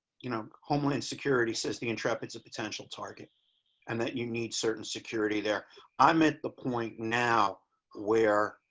you know homeland security says the intrepid is a potential target and that you need certain security there i'm at the point now where